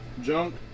junk